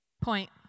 Point